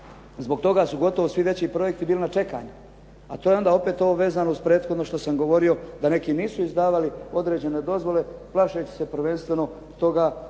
zbog toga su svi veći projekti bili na čekanju. A to je onda opet ovo vezano uz prethodno što sam govorio da neki nisu izdavali određene dozvole, plašeći se prvenstveno toga da